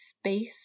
space